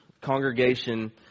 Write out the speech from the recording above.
congregation